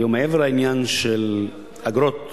מעבר לעניין של אגרות,